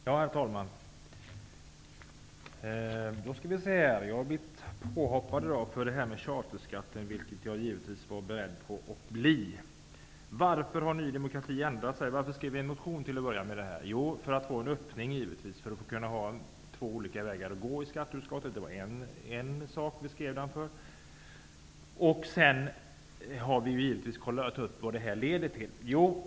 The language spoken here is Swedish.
Herr talman! Jag har blivit anklagad för det här med charterskatten, vilket jag givetvis var beredd på. Varför har Ny demokrati ändrat sig? Varför skrev Ny demokrati till en början en motion om charterskatten? En anledning var givetvis att få en öppning och att ha två olika vägar att välja mellan i skatteutskottet. En annan anledning är att vi har kontrollerat vad det här kan leda till.